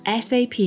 SAP